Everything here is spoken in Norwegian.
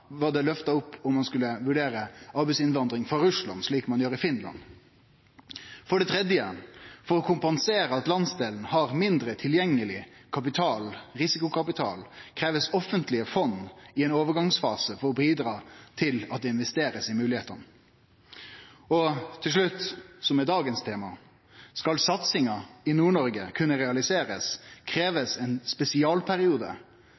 var det løfta opp om ein skulle vurdere arbeidsinnvandring frå Russland, slik man gjer i Finland. For å kompensere for at landsdelen har mindre tilgjengelig risikokapital, blir det kravd offentlege fond i ein overgangsfase for å bidra til at det blir investert i moglegheitene. Til slutt – det som er dagens tema: Skal satsinga i Nord-Noreg kunne realiserast,